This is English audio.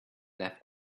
left